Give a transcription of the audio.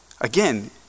Again